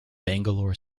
bangalore